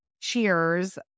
cheers